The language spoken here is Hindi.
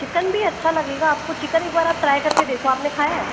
चिकन भी अच्छा लगेगा आपको चिकन एक बार आप ट्राई करके देखो आपने खाया है